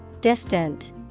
Distant